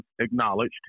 acknowledged